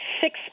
six